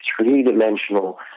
three-dimensional